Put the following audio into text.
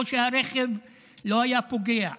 או שהרכב לא היה פוגע.